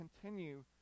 continue